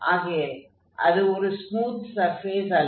ஆகையால் அது ஒரு ஸ்மூத் சர்ஃபேஸ் அல்ல